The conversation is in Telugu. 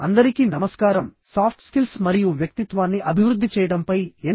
అందరికీ నమస్కారంసాఫ్ట్ స్కిల్స్ మరియు వ్యక్తిత్వాన్ని అభివృద్ధి చేయడంపై ఎన్